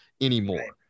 anymore